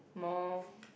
mall